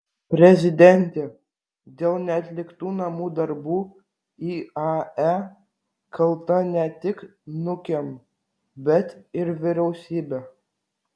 prezidentė dėl neatliktų namų darbų iae kalta ne tik nukem bet ir vyriausybė